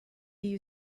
you